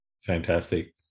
fantastic